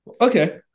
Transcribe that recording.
Okay